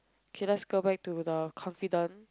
okay let's go back to the confident